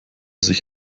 sich